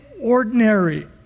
ordinary